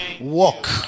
walk